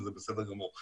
וזה בסדר גמור.